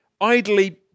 idly